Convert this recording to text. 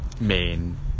main